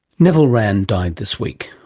neville wran died this week.